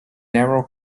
narrow